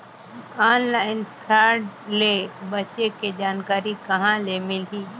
Online fraud ले बचे के जानकारी कहां ले मिलही?